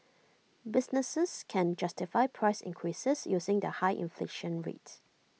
businesses can justify price increases using the high inflation rate